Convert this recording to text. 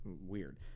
weird